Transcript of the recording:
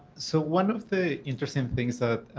so one of the interesting things that